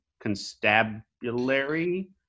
Constabulary